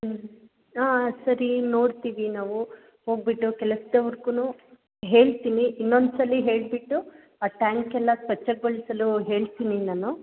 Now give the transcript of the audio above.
ಹ್ಞೂ ಹಾಂ ಸರಿ ನೋಡ್ತೀವಿ ನಾವು ಹೋಗಿಬಿಟ್ಟು ಕೆಲಸದವ್ರ್ಗು ಹೇಳ್ತೀನಿ ಇನ್ನೊಂದು ಸಲ ಹೇಳಿಬಿಟ್ಟು ಆ ಟ್ಯಾಂಕ್ ಎಲ್ಲ ಸ್ವಚ್ಛಗೊಳಿಸಲು ಹೇಳ್ತೀನಿ ನಾನು